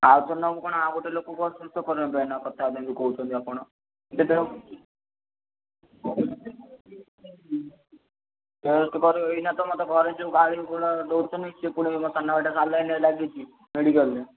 ଆଉଥରେ ନେବୁ କଣ ଆଉଗୋଟେ ଲୋକକୁ ଅସୁସ୍ଥ କରିବାପାଇଁ ନା କଥା ଯେନ୍ତି କହୁଛନ୍ତି ଆପଣ ଟେଷ୍ଟ କର ଏଇନା ତ ମୋତେ ଘରେ ଯୋଉ ଗାଳିଗୁଳା ଦେଉଛନ୍ତି ସିଏ ପୁଣି ମୋ ସାନ ଭାଇଟା ସାଲାଇନ୍ ଲାଗିଛି ମେଡ଼ିକାଲ୍ରେ